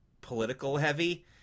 political-heavy